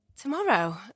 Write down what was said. Tomorrow